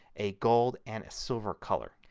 a gold, and a silver color.